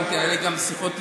והיו לי גם שיחות אישיות: